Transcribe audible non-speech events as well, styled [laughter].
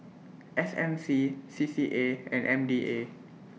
S M C C C A and M D [noise] A